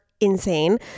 Insane